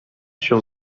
się